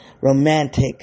Romantic